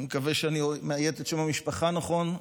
אני מקווה שאני מבטא את שם המשפחה נכון,